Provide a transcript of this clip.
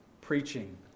preaching